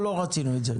אנחנו לא רצינו את זה,